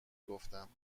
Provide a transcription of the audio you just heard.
گفتم